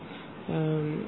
சொல்கிறார்கள்